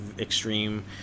extreme